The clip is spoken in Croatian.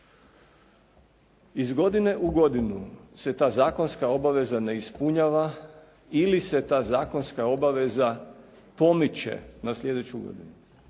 Iz godine u godinu se ta zakonska obaveza ne ispunjava ili se ta zakonska obaveza pomiče na sljedeću godinu.